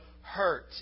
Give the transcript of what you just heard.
hurt